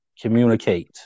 communicate